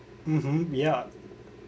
mmhmm ya